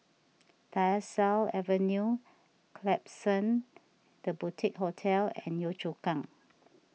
Tyersall Avenue Klapsons the Boutique Hotel and Yio Chu Kang